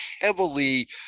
heavily